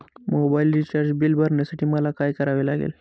Mobile recharge bill भरण्यासाठी मला काय करावे लागेल?